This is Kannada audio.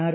ಆರ್